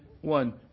one